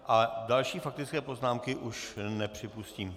A další faktické poznámky už nepřipustím.